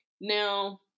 Now